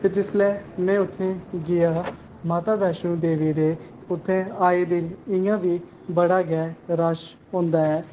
ते जिसलै में उत्थें गेआ हा माता वैष्णो देवी दे उत्थें आये दे इंया बी बड़ा रश औंदा ऐ